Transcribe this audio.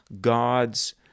God's